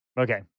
Okay